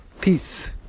Peace